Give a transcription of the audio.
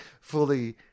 fully